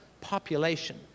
population